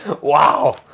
Wow